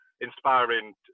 inspiring